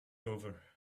over